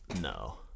No